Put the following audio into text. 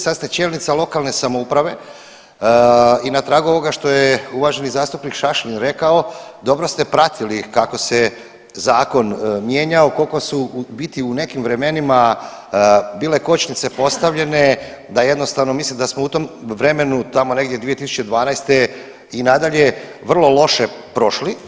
Sad ste čelnica lokalne samouprave i na tragu ovoga što je uvaženi zastupnik Šašlin rekao dobro ste pratili kako se zakon mijenjao, koliko su u biti u nekim vremenima bile kočnice postavljene da jednostavno mislim da smo u tom vremenu tamo negdje 2012. i nadalje vrlo loše prošli.